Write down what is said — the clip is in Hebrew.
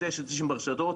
9.90 ברשתות,